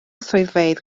swyddfeydd